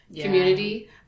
community